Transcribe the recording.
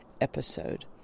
episode